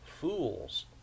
fools